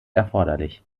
erforderlich